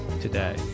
today